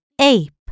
ape